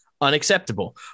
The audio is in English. Unacceptable